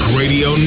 radio